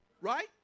right